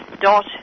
dot